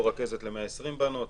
לא רכזת ל-120 בנות,